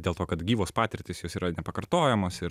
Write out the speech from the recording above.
dėl to kad gyvos patirtys jos yra nepakartojamos ir